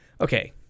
okay